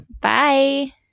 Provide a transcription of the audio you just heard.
Bye